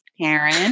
Karen